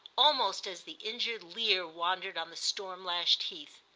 almost as the injured lear wandered on the storm-lashed heath.